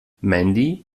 mandy